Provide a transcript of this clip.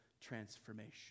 transformation